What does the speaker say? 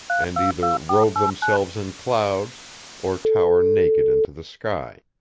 and either robe themselves in clouds or tower naked into the sky.